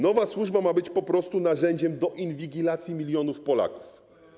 Nowa służba ma być po prostu narzędziem do inwigilacji milionów Polaków.